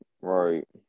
Right